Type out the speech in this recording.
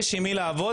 יש עם מי לעבוד,